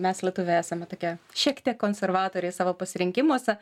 mes lietuviai esame tokie šiek tiek konservatoriai savo pasirinkimuose